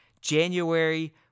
January